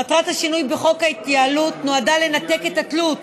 מטרת השינוי בחוק ההתייעלות היא לנתק את התלות